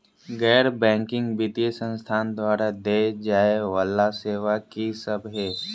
गैर बैंकिंग वित्तीय संस्थान द्वारा देय जाए वला सेवा की सब है?